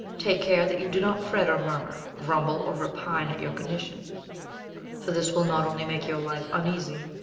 take care that you do not fret or murmur, grumble or repine at your condition for this will not only make your life uneasy,